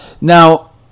now